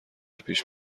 پیش